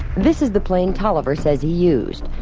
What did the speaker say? this is the plane tolliver says he used.